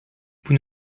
vous